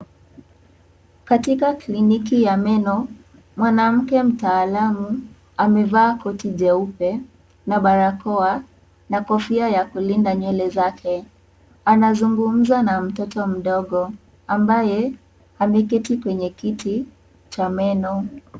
Katika kliniki ya meno, mwanamke mtaalamu amevaa koti jeupe na barakoa na kofia ya kulinda nywele zake. Anazungumza na mtoto mdogo ambaye ameketi kwenye kiti cha meno.